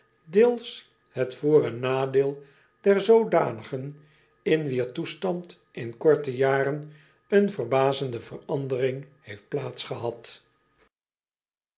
deels het voor en nadeel der zoodanigen in wier toestand in korte jaren een verbazende verandering heeft plaats gehad